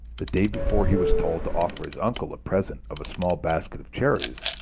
the day before he was told to offer his uncle a present of a small basket of cherries,